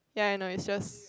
ya I know is just